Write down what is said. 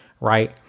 right